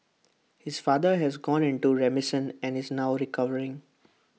his father has gone into remission and is now recovering